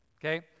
Okay